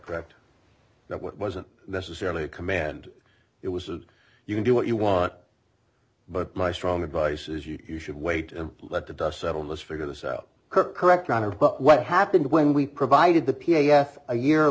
correct that wasn't necessarily a command it was you can do what you want but my strong advice is you should wait and let the dust settle this figure this out correct around and what happened when we provided the p f a year